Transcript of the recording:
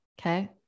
Okay